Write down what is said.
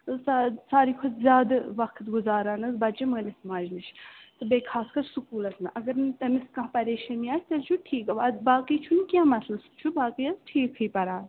سا سارِوٕے کھۄتہٕ زیادٕ وقت گُذاران حظ بَچہِ مٲلِس ماجہِ نِش تہٕ بیٚیہِ خاص کَر سکوٗلَس منٛز اگر نہٕ تٔمِس کانٛہہ پریشٲنی آسہِ تیٚلہِ چھُ ٹھیٖک باقٕے چھُنہٕ کیٚنٛہہ مَسلہٕ یہِ چھُ باقٕے حظ ٹھیٖکھٕے پَران